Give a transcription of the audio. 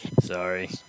sorry